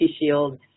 Shield